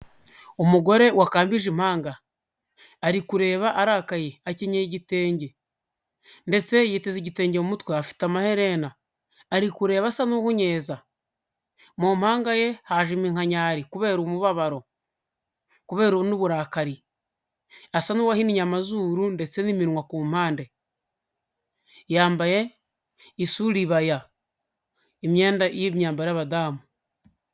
Umugore wakambije impanga ari kureba arakaye, akenyeye igitenge ndetse yiteze igitenge mu mutwe, afite amaherena, ari kureba asa n'uhunyeza, mu mpanga ye haje iminkanyari kubera umubabaro kubera n'uburakari, asa n'uwahinnye amazuru ndetse n'iminwa ku mpande, yambaye isu ribaya imyenda y'imyambaro y'abadamu.